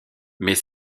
mais